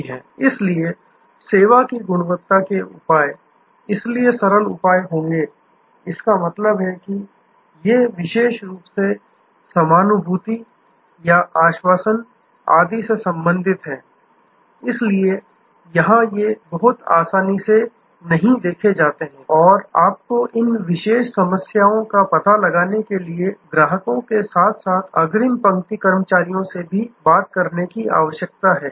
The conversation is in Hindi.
इसलिए सेवा की गुणवत्ता के उपाय इसलिए सरल उपाय होंगे इसका मतलब है कि ये विशेष रूप से समानुभूति हमदर्दी या आश्वासन आदि से संबंधित हैं इसलिए यहाँ ये बहुत आसानी से नहीं देखे जाते हैं और आपको इन विशेष समस्याओं का पता लगाने के लिए ग्राहकों के साथ साथ अग्रिम पंक्ति के कर्मचारियों से भी बात करने की आवश्यकता है